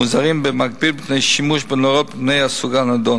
מוזהרים במקביל מפני שימוש בנורות מן הסוג הנדון.